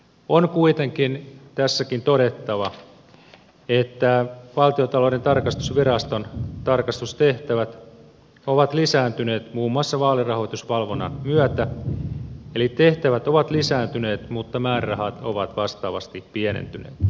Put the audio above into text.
on kuitenkin tässäkin todettava että valtiontalouden tarkastusviraston tarkastustehtävät ovat lisääntyneet muun muassa vaalirahoitusvalvonnan myötä eli tehtävät ovat lisääntyneet mutta määrärahat ovat vastaavasti pienentyneet